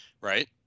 right